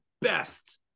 best